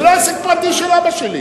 זה לא עסק פרטי של אבא שלי.